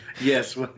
yes